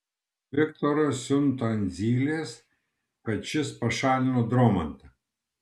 viktoras siunta ant zylės kad šis pašalino dromantą